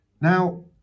Now